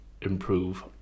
improve